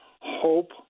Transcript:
hope